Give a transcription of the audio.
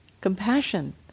compassion